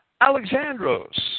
Alexandros